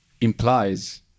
implies